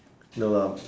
no lah